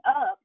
up